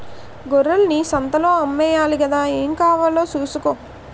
గొర్రెల్ని సంతలో అమ్మేయాలి గదా ఏం కావాలో సూసుకో